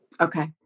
Okay